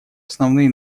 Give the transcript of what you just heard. основные